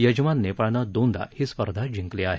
यजमान नेपाळनं दोनदा ही स्पर्धा जिंकली आहे